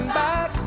back